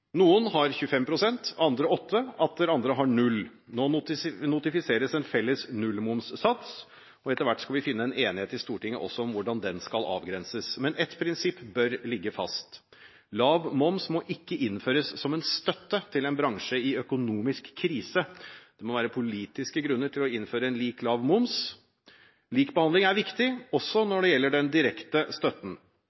noen har 25 pst., andre 8 pst, atter andre har 0 pst. Nå notifiseres en felles nullmomssats. Etter hvert skal vi finne en enighet i Stortinget også om hvordan den skal avgrenses. Men et prinsipp bør ligge fast. Lav moms må ikke innføres som en støtte til en bransje i økonomisk krise. Det må være politiske grunner til å innføre en lik lav moms. Lik behandling er viktig, også